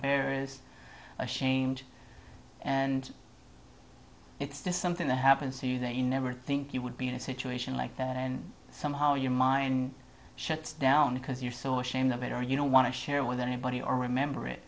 or ashamed and it's just something that happens to you that you never think you would be in a situation like that and somehow your mind shuts down because you're sort of it or you don't want to share with anybody or remember it